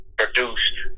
produced